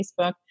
Facebook